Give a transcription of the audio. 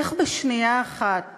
איך בשנייה אחת